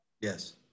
Yes